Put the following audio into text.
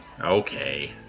okay